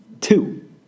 Two